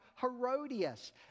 Herodias